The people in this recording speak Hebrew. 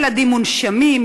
ילדים מונשמים,